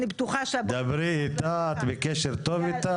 דברי איתה את בקשר טוב איתה,